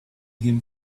him